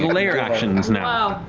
lair actions now.